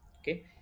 okay